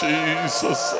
Jesus